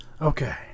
Okay